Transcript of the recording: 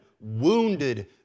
wounded